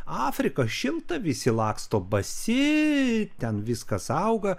afrika šilta visi laksto basi ten viskas auga